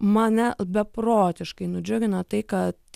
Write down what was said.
mane beprotiškai nudžiugino tai kad